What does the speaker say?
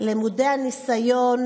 למודי הניסיון